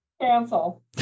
Cancel